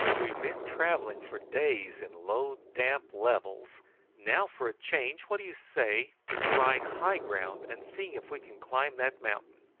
we've been travelling for days in low damp levels now for a change what do you say to trying high ground and seeing if we can climb that mountain?